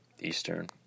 Eastern